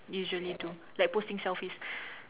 usually do like posting selfies